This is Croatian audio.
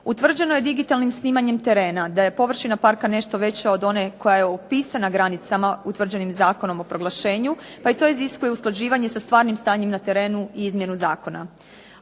Utvrđeno je digitalnim snimanjem terena da je površina parka nešto veća od one koja je upisana granicama utvrđenim Zakonom o proglašenju pa i to iziskuje usklađivanje sa stvarnim stanjem na terenu i izmjenu zakona.